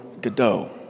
Godot